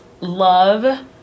love